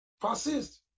Persist